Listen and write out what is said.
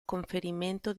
conferimento